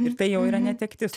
ir tai jau yra netektis